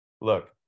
Look